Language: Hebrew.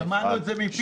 אנחנו שמענו את זה מפיך.